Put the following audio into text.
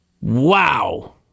wow